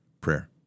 Prayer